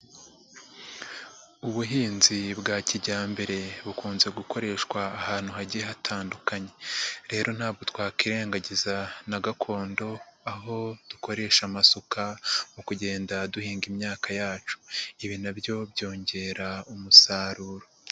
Ubuhinzi bwa kijyambere bukunze gukoreshwa ahantu hagiye hatandukanye. Rero ntabwo twakwirengagiza na gakondo, aho dukoresha amasuka mu kugenda duhinga imyaka yacu. Ibi na byo byongera umusaruro.